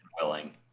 Willing